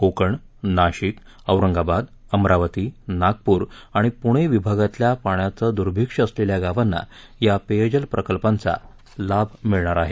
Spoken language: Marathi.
कोकण नाशिक औरंगाबाद अमरावती नागपूर आणि पूणे विभागातल्या पाण्याचं दुर्भिक्ष्य असलेल्या गावांना या पेयजल प्रकल्पांचा लाभ मिळणार आहे